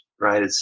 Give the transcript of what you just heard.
right